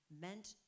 meant